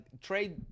trade